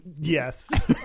Yes